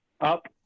up